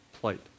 plight